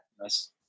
nice